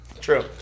True